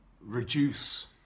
reduce